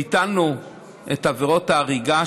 ביטלנו את עבירות ההריגה,